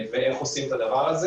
הוא לא יכול לעצור,